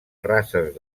races